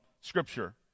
Scripture